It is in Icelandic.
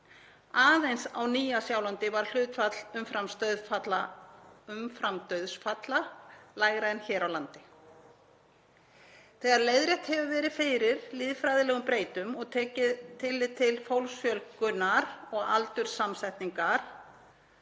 Aðeins á Nýja-Sjálandi var hlutfall umframdauðsfalla lægra en hér á landi. Þegar leiðrétt hefur verið fyrir lýðfræðilegum breytum og tekið tillit til fólksfjölgunar og aldurssamsetningar